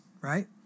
right